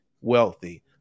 wealthy